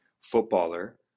footballer